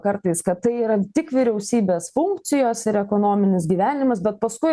kartais kad tai yra tik vyriausybės funkcijos ir ekonominis gyvenimas bet paskui